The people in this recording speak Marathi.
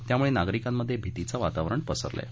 त्यामुळे नागरिकांत भीतीचं वातावरण पसरलं आहे